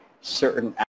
certain